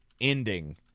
ending